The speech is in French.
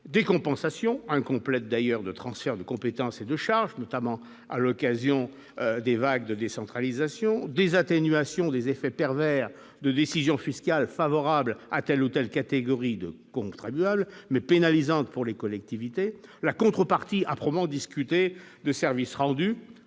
des compensations incomplète d'ailleurs de transferts de compétences et de charges, notamment à l'occasion des vagues de décentralisation des atténuation des effets pervers de décisions fiscales favorables à telle ou telle catégorie de contribuables mais pénalisante pour les collectivités, la contrepartie âprement discuté de services rendus,